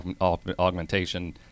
augmentation